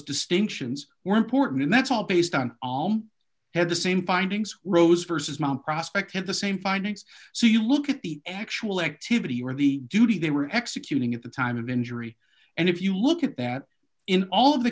distinctions were important and that's all based on had the same findings rose versus mt prospect in the same findings so you look at the actual activity or the duty they were executing at the time of injury and if you look at that in all of the